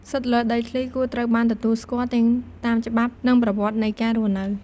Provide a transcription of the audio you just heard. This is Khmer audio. សិទ្ធិលើដីធ្លីគួរត្រូវបានទទួលស្គាល់ទាំងតាមច្បាប់ និងប្រវត្តិនៃការរស់នៅ។